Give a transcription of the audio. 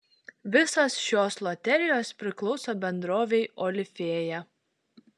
visos šios loterijos priklauso bendrovei olifėja